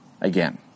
again